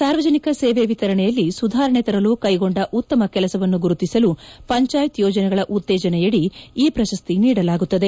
ಸಾರ್ವಜನಿಕ ಸೇವೆ ವಿತರಣೆಯಲ್ಲಿ ಸುಧಾರಣೆ ತರಲು ಕೈಗೊಂಡ ಉತ್ತಮ ಕೆಲಸವನ್ನು ಗುರುತಿಸಲು ಪಂಚಾಯತ್ ಯೋಜನೆಗಳ ಉತ್ತೇಜನೆಯಡಿ ಈ ಪ್ರಶಸ್ತಿ ನೀಡಲಾಗುತ್ತದೆ